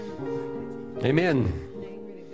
Amen